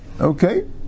Okay